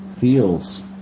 feels